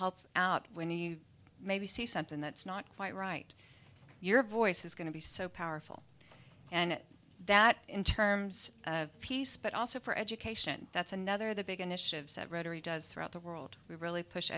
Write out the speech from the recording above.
help out when you maybe see something that's not quite right your voice is going to be so powerful and that in terms of peace but also for education that's another the big initiatives that rotary does throughout the world really push